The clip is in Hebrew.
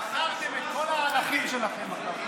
מכרתם את כל הערכים שלכם.